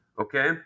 Okay